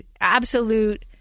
absolute